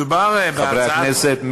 חברי הכנסת,